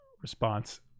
response